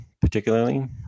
particularly